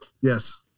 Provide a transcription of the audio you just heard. Yes